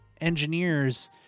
engineers